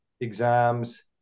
exams